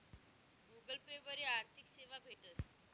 Google Pay वरी आर्थिक सेवा भेटस